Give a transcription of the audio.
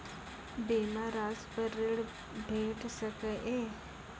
बीमा रासि पर ॠण भेट सकै ये?